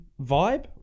vibe